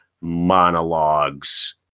monologues